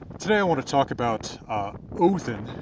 today i want to talk about odinn,